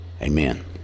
Amen